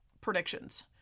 predictions